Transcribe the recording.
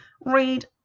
read